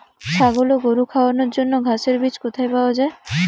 ছাগল ও গরু খাওয়ানোর জন্য ঘাসের বীজ কোথায় পাওয়া যায়?